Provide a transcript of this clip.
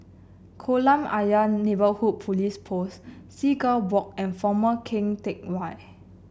Kolam Ayer Neighbourhood Police Post Seagull Walk and Former Keng Teck Whay